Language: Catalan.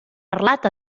parlat